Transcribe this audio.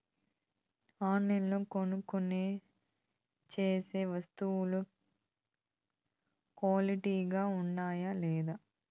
ఆన్లైన్లో కొనుక్కొనే సేసే వస్తువులు క్వాలిటీ గా ఉండాయా లేదా?